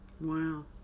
wow